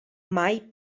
mai